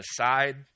aside